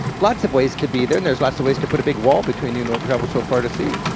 lots of ways to be there, there's lots of ways to put a big wall between you and what you've traveled so far to see.